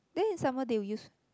then in summer they use